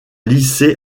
lycée